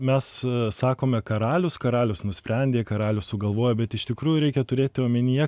mes sakome karalius karalius nusprendė karalius sugalvojo bet iš tikrųjų reikia turėti omenyje